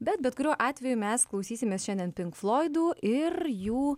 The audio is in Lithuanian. bet bet kuriuo atveju mes klausysimės šiandien pink floidų ir jų